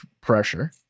pressure